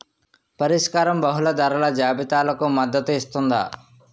పరిష్కారం బహుళ ధరల జాబితాలకు మద్దతు ఇస్తుందా?